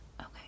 Okay